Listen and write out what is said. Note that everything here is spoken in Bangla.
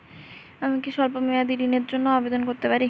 আমি কি স্বল্প মেয়াদি ঋণের জন্যে আবেদন করতে পারি?